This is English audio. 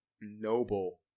noble